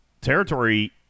territory